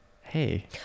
hey